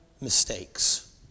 mistakes